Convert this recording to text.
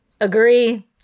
agree